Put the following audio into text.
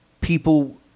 people